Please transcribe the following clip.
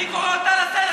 אני קורא אותה לסדר,